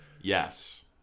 Yes